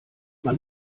man